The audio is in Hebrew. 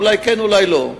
אולי כן אולי לא,